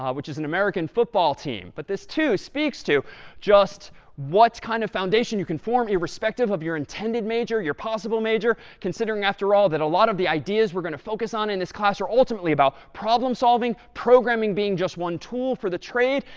which is an american football team. but this, too, speaks to just what kind of foundation you can form, irrespective of your intended major, your possible major, considering, after all, that a lot of the ideas we're going to focus on in this class are ultimately about problem solving, programming being just one tool for the trade.